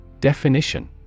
Definition